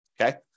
okay